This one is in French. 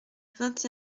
vingt